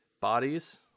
bodies